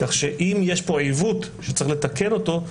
כך שאם יש פה עיוות שצריך לתקן אותו,